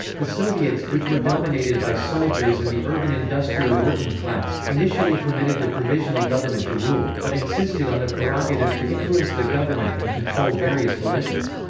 the soviets, which were dominated by soldiers and the urban industrial working class, initially permitted the provisional government to rule, but insisted on a prerogative to influence the government and control various militias.